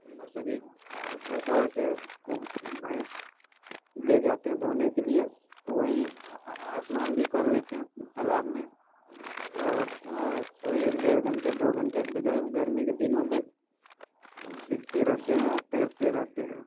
वैसे भी दोपहर के को भैँस ले जाते हैं धोने के लिए तो वहीं स्नान भी कर लेते हैं तालाब में और और एक डेढ़ घन्टे दो घन्टे अपने गर्मी के दिनों में सीखते रहते हैं तैरते रहते हैं